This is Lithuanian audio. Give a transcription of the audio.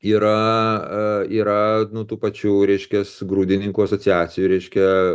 yra a yra nu tų pačių reiškias grūdininkų asociacijų reiškia